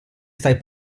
stai